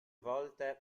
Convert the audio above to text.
volte